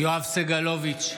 יואב סגלוביץ'